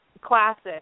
classic